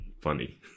funny